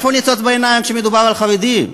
איפה הניצוץ בעיניים כשמדובר על חרדים?